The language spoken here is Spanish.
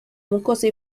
mucosa